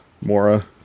mora